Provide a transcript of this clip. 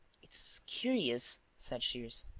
it's curious, said shears.